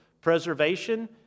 preservation